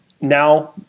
now